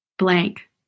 Blank